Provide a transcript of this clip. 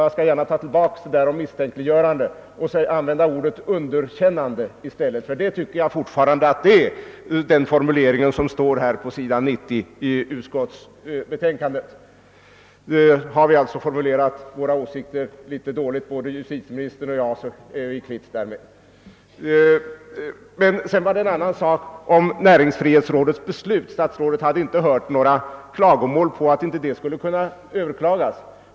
Jag skall gärna ta tillbaka vad jag sade om misstänkliggörande och i stället använda ordet »underkännande» — det är nämligen vad formuleringen på s. 90 i utskottets utlåtande innebär. Har vi formulerat våra åsikter litet dåligt, både justitieministern och jag, är vi kvitt därmed. Statsrådet sade att han inte hade hört några klagomål över att näringsfrihetsrådets beslut inte kan överklagas.